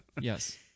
yes